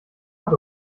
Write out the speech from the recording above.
paar